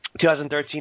2013